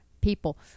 people